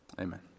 Amen